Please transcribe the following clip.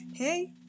Hey